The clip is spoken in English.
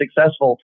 successful